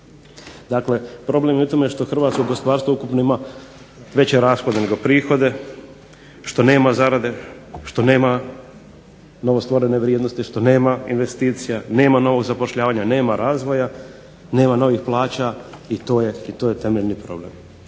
Dakle, problem je u tome što hrvatsko gospodarstvo ukupno ima veće rashode nego prihode, što nema zarade, što nema novostvorene vrijednosti, što nema investicija, nema novog zapošljavanja, nema razvoja, nema novih plaća i to je temeljni problem.